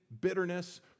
bitterness